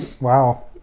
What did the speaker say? Wow